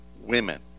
Women